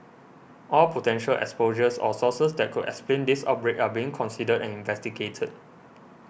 all potential exposures or sources that could explain this outbreak are being considered and investigated